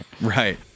right